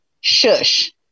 Shush